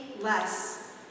less